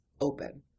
open